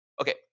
okay